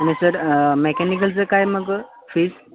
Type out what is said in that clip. आणि सर मेकॅनिकलचं काय मग फीस